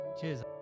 Cheers